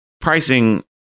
pricing